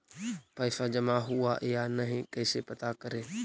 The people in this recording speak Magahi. पैसा जमा हुआ या नही कैसे पता करे?